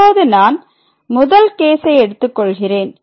இப்போ நான் முதல் கேசை எடுத்துக் கொள்கிறேன்